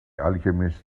alchemist